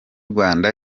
rwanda